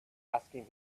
asking